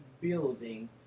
building